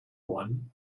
one